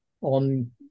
on